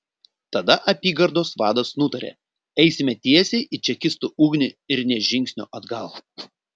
tada apygardos vadas nutarė eisime tiesiai į čekistų ugnį ir nė žingsnio atgal